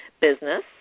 business